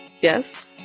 yes